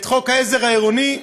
את חוק העזר העירוני.